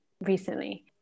recently